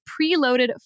preloaded